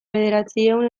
bederatziehun